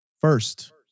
first